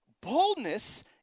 Boldness